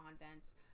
convents